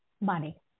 money